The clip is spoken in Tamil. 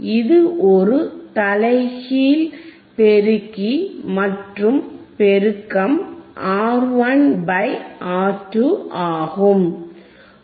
இது ஒரு தலைகீழ் பெருக்கி மற்றும்பெருக்கம் R1 பை R2 ஆகும்